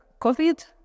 COVID